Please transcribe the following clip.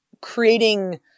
creating